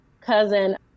cousin